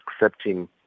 accepting